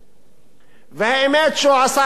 והאמת היא שהוא עשה כמה צעדים